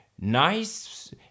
nice